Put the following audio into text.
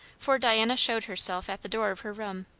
for diana showed herself at the door of her room,